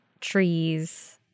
trees